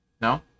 No